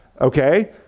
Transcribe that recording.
Okay